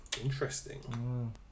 Interesting